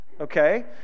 okay